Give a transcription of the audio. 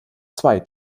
zwei